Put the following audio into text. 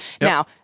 now